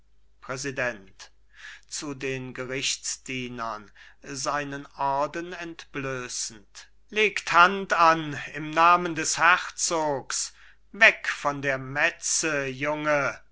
präsident zu den gerichtsdienern seinen orden entblößend legt hand an im namen des herzogs weg von der metze junge ohnmächtig